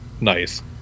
nice